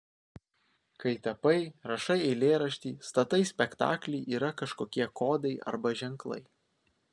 kai tapai rašai eilėraštį statai spektaklį yra kažkokie kodai arba ženklai